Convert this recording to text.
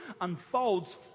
unfolds